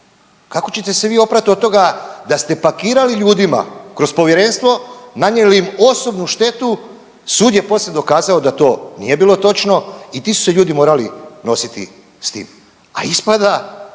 kako ćete se vi oprati od toga da ste pakirali ljudima kroz povjerenstvo, nanijeli osobnu štetu, sud je poslije dokazao da to nije bilo točno i ti su se ljudi morali nositi s tim. A ispada